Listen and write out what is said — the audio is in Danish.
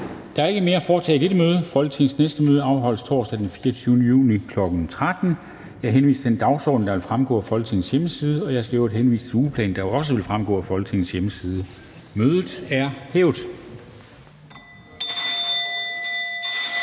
Der er ikke mere at foretage i dette møde. Folketingets næste møde afholdes torsdag den 24. juni 2021, kl. 13.00. Jeg henviser til den dagsorden, der vil fremgå af Folketingets hjemmeside. Jeg skal i øvrigt henvise til ugeplanen, der også vil fremgå af Folketingets hjemmeside. Mødet er hævet.